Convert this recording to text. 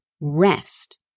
rest